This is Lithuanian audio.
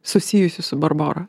susijusi su barbora